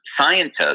Scientists